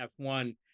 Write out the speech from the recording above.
F1